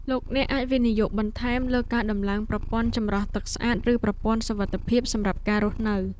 លោកអ្នកអាចវិនិយោគបន្ថែមលើការដំឡើងប្រព័ន្ធចម្រោះទឹកស្អាតឬប្រព័ន្ធសុវត្ថិភាពសម្រាប់ការរស់នៅ។